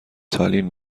تالین